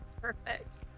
Perfect